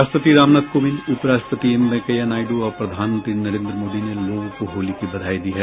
राष्ट्रपति रामनाथ कोविंद उप राष्ट्रपति एम वेंकैया नायडू और प्रधानमंत्री नरेन्द्र मोदी ने लोगों को होली की बधाई दी है